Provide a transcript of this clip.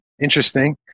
interesting